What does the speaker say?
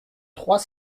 trois